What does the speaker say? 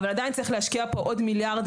אבל עדיין צריך להשקיע פה עוד מיליארדים.